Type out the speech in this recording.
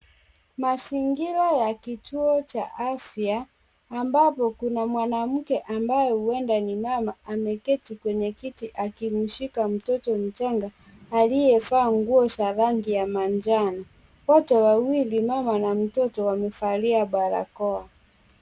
Mazingira ya kituo cha afya ambapo kuna mwanamke ambaye huenda ni mama ameketi kwenye kiti akimshika mtoto mchanga aliyevaa nguo za rangi ya manjano. Wote wawili mama na mtoto wamevalia barakoa.